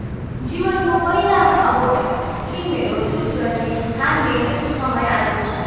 जीवनको पहिला अब स्ट्रिमहरू चुज गर्ने छान्ने त्यस्तो समय आएको छ